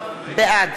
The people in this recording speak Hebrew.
בעד